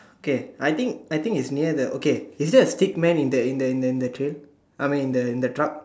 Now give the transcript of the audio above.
K I think I think is near the okay is there a stick man in the in the in the trail I mean in the in the truck